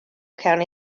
county